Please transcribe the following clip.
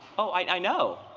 oh, i know.